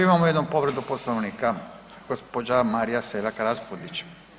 Imamo jednu povredu Poslovnika, gospođa Marija Selak Raspudić.